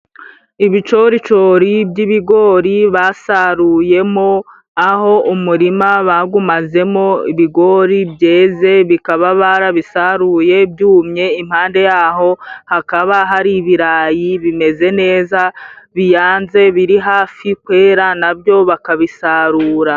Ibicoricori by'ibigori basaruyemo aho umurima bagumazemo ibigori byeze bikaba barabisaruye byumye, impande yaho hakaba hari ibirayi bimeze neza, biyanze biri hafi kwera nabyo bakabisarura.